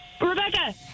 Rebecca